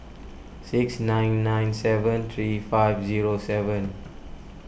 six nine nine seven three five zero seven